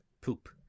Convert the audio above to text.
poop